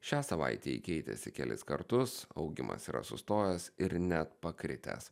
šią savaitę ji keitėsi kelis kartus augimas yra sustojęs ir net pakritęs